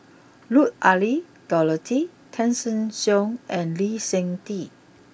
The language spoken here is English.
Lut Ali Dorothy Tessensohn and Lee Seng Tee